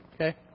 okay